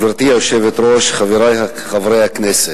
גברתי היושבת-ראש, חברי חברי הכנסת,